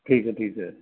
ਠੀਕ ਹੈ ਠੀਕ ਹੈ